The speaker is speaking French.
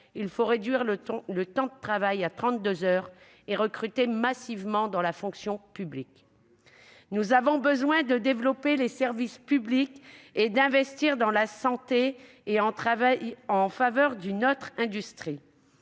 il faut réduire le temps de travail hebdomadaire à 32 heures et recruter massivement dans la fonction publique. Mais bien sûr ! Nous avons besoin de développer les services publics, d'investir dans la santé et en faveur d'une autre industrie.